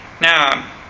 Now